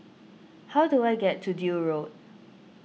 how do I get to Deal Road